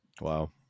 Wow